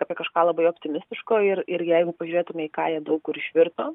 apie kažką labai optimistiško ir ir jeigu pažiūrėtume į ką jie daug kur išvirto